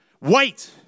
Wait